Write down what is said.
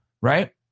Right